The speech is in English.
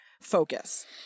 focus